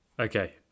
Okay